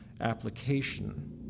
application